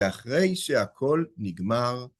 ‫אחרי שהכול נגמר.